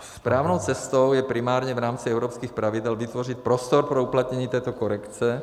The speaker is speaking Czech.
Správnou cestou je primárně v rámci evropských pravidel vytvořit prostor pro uplatnění této korekce